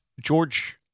George